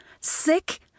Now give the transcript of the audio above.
Sick